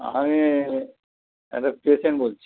আমি একটা পেশেন্ট বলছি